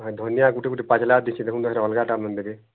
ଧନିଆ ଗୋଟେ ଗୋଟେ ପାଚିଲା ଅଛି ତାକୁ ଦେଖନ୍ତୁ ଅଲଗାଟା ଦେମେ